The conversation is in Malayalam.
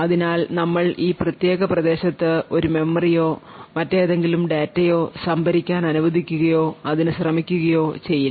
അതിനാൽ നമ്മൾ ഈ പ്രത്യേക പ്രദേശത്ത് ഒരു മെമ്മറിയോ മറ്റേതെങ്കിലും ഡാറ്റയോ സംഭരിക്കാൻ അനുവദിക്കുകയോ അതിനു ശ്രമിക്കുകയോ ചെയ്യില്ല